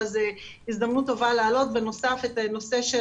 אבל זו הזדמנות טובה להעלות בנוסף את הנושא של